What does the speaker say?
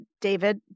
David